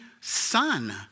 son